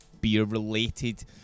beer-related